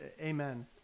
Amen